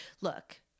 look